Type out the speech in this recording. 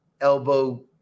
elbow